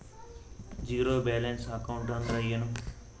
Zero balance account ಅಂದ್ರ ಏನು?